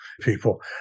people